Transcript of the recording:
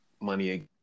money